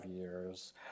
years